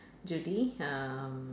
Judy um